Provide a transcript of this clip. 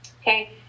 Okay